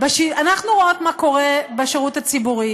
אנחנו רואות מה קורה בשירות הציבורי.